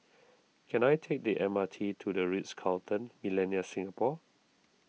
can I take the M R T to the Ritz Carlton Millenia Singapore